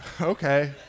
Okay